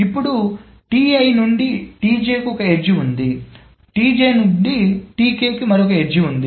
ఇప్పుడు నుండి ఒక ఎడ్జ్ ఉంది నుండి మరొక ఎడ్జ్ ఉంది